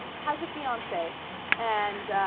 has a fiance and